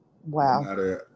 wow